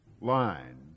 line